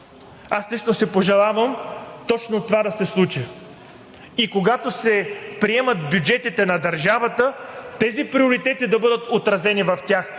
Аз лично си пожелавам точно това да се случи. Когато се приемат бюджетите на държавата, тези приоритети да бъдат отразени в тях,